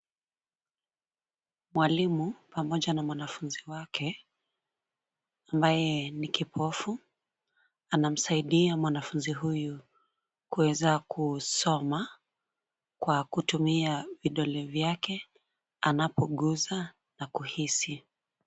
Mwalimu pamoja na mwanafunzi wake, ambaye ni kipofu. Anamsaidia mwanafunzi huyu kuweza kusoma kwa kutumia vidole vyake anapogusa na kuhisi.